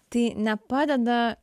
tai nepadeda